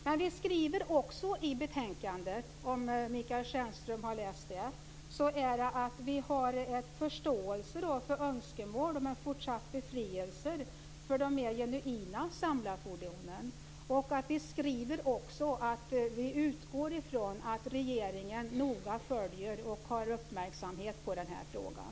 Vidare skriver vi i betänkandet, om Michael Stjernström har läst det, att vi har förståelse för önskemål om en fortsatt befrielse för de mer genuina samlarfordonen. Och vi skriver att vi utgår från att regeringen noga följer och har uppmärksamhet på den här frågan.